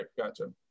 Gotcha